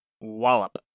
Wallop